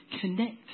connect